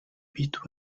bit